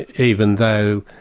and even though